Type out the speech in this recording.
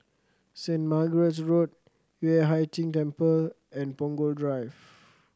Saint Margaret's Road Yueh Hai Ching Temple and Punggol Drive